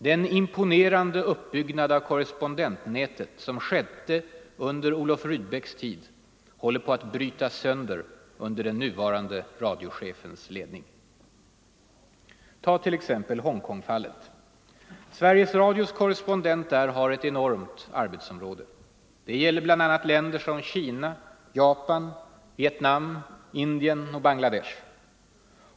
Den imponerande uppbyggnad av korrespondentnätet som skedde under Olof Rydbecks tid håller på att brytas sönder under den nuvarande radiochefens ledning. Ta t.ex. Hongkongfallet! Sveriges Radios korrespondent där har ett enormt arbetsområde. Det gäller bl.a. länder som Kina, Japan, Vietnam, Indien och Bangladesh.